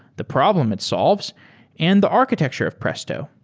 the problem it solves and the architecture of presto,